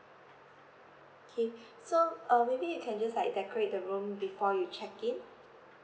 K so uh maybe we can just like decorate the room before you check in